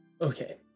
Okay